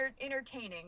entertaining